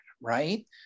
right